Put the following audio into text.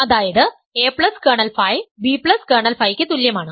അതായത് a kernel Φ b kernel Φ ക്ക് തുല്യമാണ്